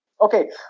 Okay